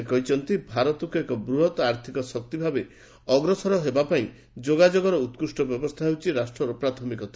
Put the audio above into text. ସେ କହିଛନ୍ତି ଭାରତକୁ ଏକ ବୃହତ୍ ଆର୍ଥିକ ଶକ୍ତି ଭାବେ ଅଗ୍ରସର ହେବାପାଇଁ ଯୋଗାଯୋଗର ଉକ୍କୁଷ୍ଟ ବ୍ୟବସ୍ଥା ହେଉଛି ରାଷ୍ଟ୍ରର ପ୍ରାଥମିକତା